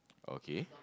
okay